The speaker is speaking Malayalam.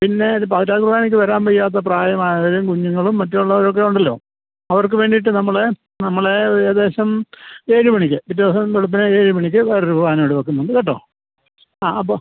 പിന്നെ ഇത് പാതിരാ കുറുബാനക്ക് വരാൻ വയ്യാത്ത പ്രായമായവരും കുഞ്ഞുങ്ങളും മറ്റുള്ളവരൊക്കെ ഉണ്ടല്ലോ അവർക്ക് വേണ്ടീട്ട് നമ്മളെ നമ്മളെ ഏകദേശം ഏഴ് മണിക്ക് പിറ്റേ ദിവസം വെളുപ്പിന് ഏഴ് മണിക്ക് പാതിരാ കുറുബാന ഇവിടെ വെയ്ക്കുന്നുണ്ട് കേട്ടോ ആ അപ്പോൾ